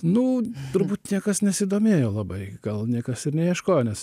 nu turbūt niekas nesidomėjo labai gal niekas ir neieškojo nes